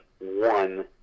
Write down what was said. one